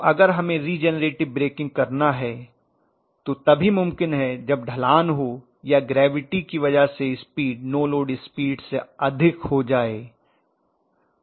तो अगर हमें रीजेनरेटिव ब्रेकिंग करना है तो तभी मुमकिन है जब ढलान हो या ग्रेविटी की वजह से स्पीड नो लोड स्पीड से अधिक हो जाए